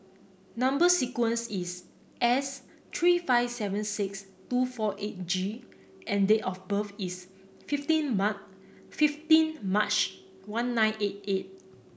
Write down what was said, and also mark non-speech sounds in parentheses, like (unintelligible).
number sequence is S three five seven six two four eight G and date of birth is fifteen (unintelligible) fifteen March one nine eight eight